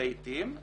לעתים.